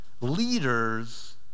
Leaders